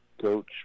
Coach